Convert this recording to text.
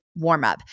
warmup